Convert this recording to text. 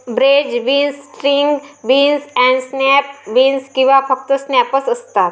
French beans, string beans आणि snap beans किंवा फक्त स्नॅप्स असतात